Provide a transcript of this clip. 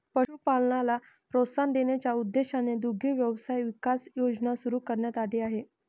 पशुपालनाला प्रोत्साहन देण्याच्या उद्देशाने दुग्ध व्यवसाय विकास योजना सुरू करण्यात आली आहे